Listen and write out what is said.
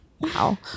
Wow